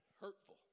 hurtful